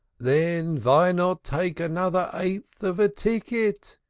then, vy not take another eighth of a ticket?